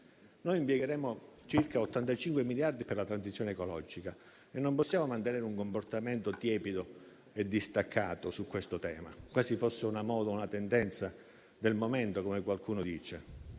Impiegheremo circa 85 miliardi per la transizione ecologica e non possiamo mantenere un comportamento tiepido e distaccato su questo tema, quasi fosse una moda o una tendenza del momento, come sostiene